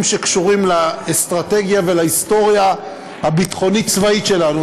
שקשורים לאסטרטגיה ולהיסטוריה הביטחונית-צבאית שלנו,